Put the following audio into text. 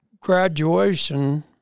graduation